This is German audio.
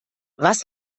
was